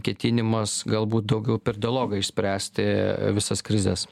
ketinimas galbūt daugiau per dialogą išspręsti visas krizes